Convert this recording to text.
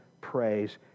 praise